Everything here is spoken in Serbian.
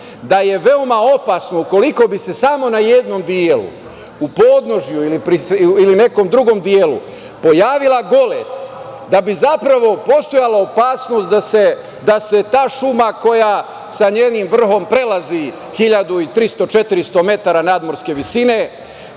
da je veoma opasno ukoliko bi se samo na jednom delu, u podnožju ili nekom drugom delu pojavila golet, da bi zapravo postojala opasnost da se ta šuma koja sa njenim vrhom prelazi 1.300 – 1.400 metara nadmorske visine